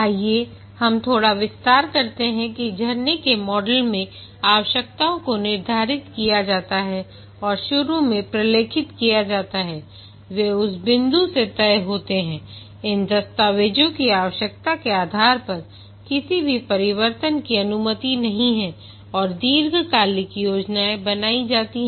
आइए हम थोड़ा विस्तार करते हैं कि झरने के मॉडल में आवश्यकताओं को निर्धारित किया जाता है और शुरू में प्रलेखित किया जाता है वे उस बिंदु से तय होते हैं इन दस्तावेज़ों की आवश्यकता के आधार पर किसी भी परिवर्तन की अनुमति नहीं है और दीर्घकालिक योजनाएँ बनाई जाती हैं